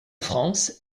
france